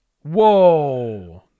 Whoa